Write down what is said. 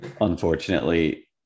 unfortunately